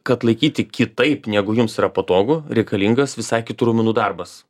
kad laikyti kitaip negu jums yra patogu reikalingas visai kitų raumenų darbas